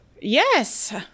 Yes